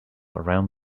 around